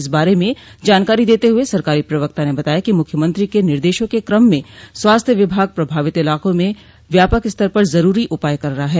इस बारे में जानकारी देते हुए सरकारी प्रवक्ता ने बताया है कि मुख्यमंत्री के निर्देशों के क्रम में स्वास्थ्य विभाग प्रभावित इलाकों में व्यापक स्तर पर जरूरी उपाय कर रहा है